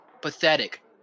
Pathetic